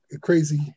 crazy